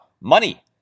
money